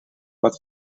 pot